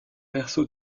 verso